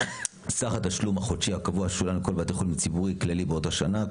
סך התשלום החודשי הקבוע ששולם לכל בית חולים ציבורי כללי באותה שנה,